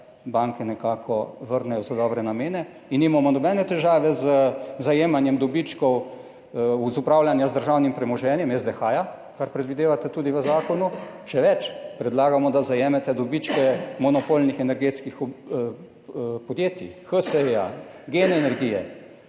banke nekako vrnejo za dobre namene. Nobene težave nimamo z zajemanjem dobičkov iz upravljanja z državnim premoženjem SDH, kar predvidevate tudi v zakonu, še več, predlagamo, da zajamete dobičke monopolnih energetskih podjetij, HSE, Gen energije